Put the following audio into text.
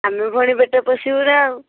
ଆମେ ପୁଣି ପେଟ ପୋଷିବୁ ନା ଆଉ